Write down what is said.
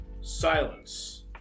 Silence